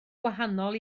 gwahanol